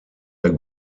der